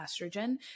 estrogen